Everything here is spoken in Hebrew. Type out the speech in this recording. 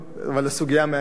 אבל הסוגיה מעניינת.